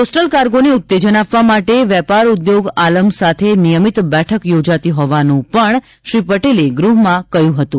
coastal કાર્ગોને ઉત્તેજન આપવા માટે વેપાર ઉદ્યોગ આલમ સાથે નિયમિત બેઠક યોજાતી હોવાનું પણ શ્રી પટેલે ગૃહમાં કહ્યું હતું